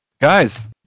Guys